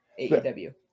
AEW